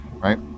Right